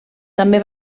també